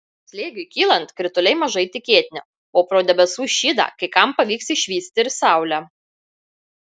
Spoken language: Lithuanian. slėgiui kylant krituliai mažai tikėtini o pro debesų šydą kai kam pavyks išvysti ir saulę